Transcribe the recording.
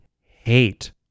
hate